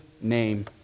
name